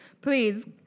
Please